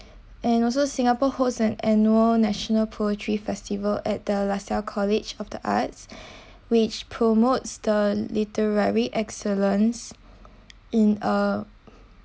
and also singapore holds an annual national poetry festival at the lasalle college of the arts which promotes the literary excellence in uh